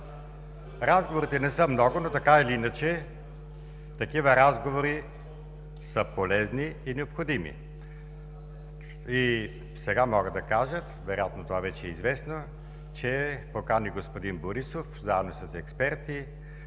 Разговорите не са много, но така или иначе такива разговори са полезни и необходими. Сега мога да кажа, вероятно това вече е известно, че поканих господин Борисов заедно с експерти